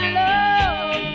love